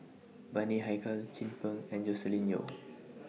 Bani Haykal Chin Peng and Joscelin Yeo